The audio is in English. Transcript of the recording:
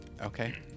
Okay